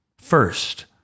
first